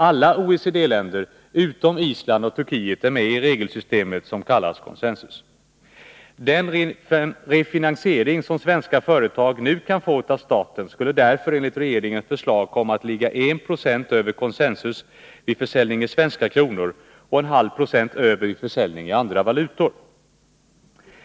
Alla OECD-länder utom Island och Turkiet är med i regelsystemet som kallas consensus. Den refinansiering som svenska företag kan få av staten skulle enligt regeringens förslag nu komma att ligga 1 26 över consensus vid försäljning i svenska kronor och 0,5 96 över vid försäljning i andra valutor.